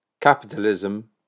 Capitalism